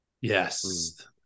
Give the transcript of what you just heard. Yes